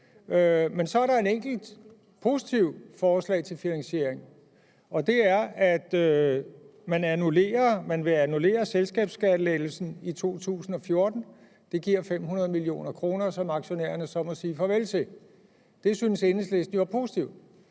Men så er der et enkelt positivt forslag til finansiering, og det er, at man vil annullere selskabsskattelettelsen i 2014. Det giver 500 mio. kr., som aktionærerne så må sige farvel til. Det synes Enhedslisten jo er positivt.